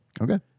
okay